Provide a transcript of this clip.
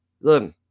look